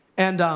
and